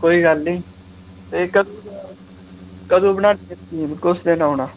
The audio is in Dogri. कोई गल्ल नी एह् कदूं बनानी एह् स्कीम कुस दिन औना